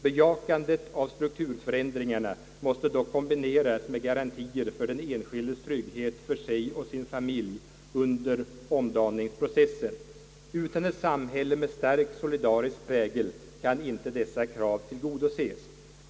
Bejakandet av strukturförändringarna måste dock kombineras med garantier för den enskildes trygghet för sig och sin familj under omdaningsprocessen. Utan ett samhälle med starkt solidarisk prägel kan inte dessa krav tillgodoses.